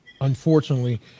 unfortunately